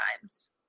times